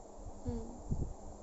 mm